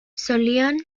solían